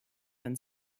than